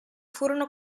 furono